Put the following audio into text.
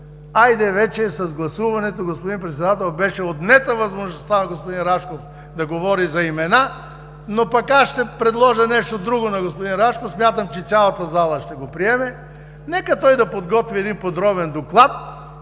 Хайде вече с гласуването, господин Председател, беше отнета възможността на господин Рашков да говори за имена, но пък аз ще предложа нещо друго на господин Рашков. Смятам, че цялата зала ще го приеме. Нека той да подготви един подробен